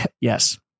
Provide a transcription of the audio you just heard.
yes